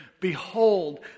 behold